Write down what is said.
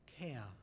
care